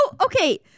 okay